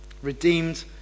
redeemed